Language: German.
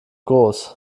groß